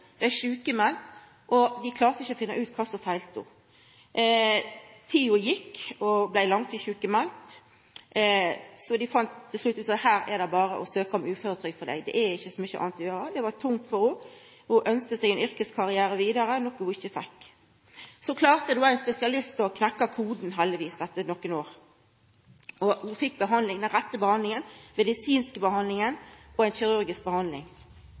dei klarte ikkje å finna ut kva som feilte henne. Tida gjekk, og ho blei langtidssjukmeld. Dei fann til slutt ut at det berre var å søkja om uføretrygd, for det var ikkje så mykje anna å gjera. Det var tungt for henne. Ho ønskte seg ei yrkeskarriere vidare, noko ho ikkje fekk. Så klarte heldigvis ein spesialist å knekkja koden etter nokre år, og ho fekk den rette behandlinga – medisinsk og kirurgisk.